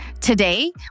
Today